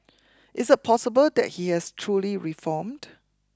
is it possible that he has truly reformed